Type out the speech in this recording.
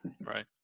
Right